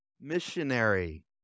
missionary